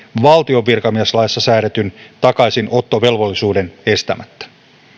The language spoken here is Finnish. valtion virkamieslaissa säädetyn takaisinottovelvollisuuden estämättä